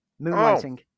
Moonlighting